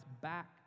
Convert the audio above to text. back